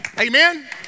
Amen